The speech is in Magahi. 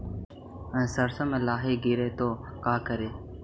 सरसो मे लाहि गिरे तो का करि?